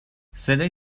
صدای